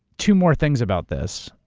two more things about this.